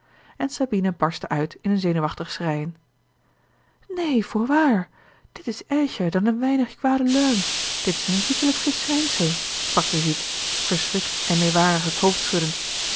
en sabina barstte uit in een zenuwachtig schreien neen voorwaar dit is erger dan een weinig kwade luim dit is een ziekelijk verschijnsel sprak brigitte verschrikt en meêwarig het hoofd schuddend